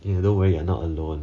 either way you're not alone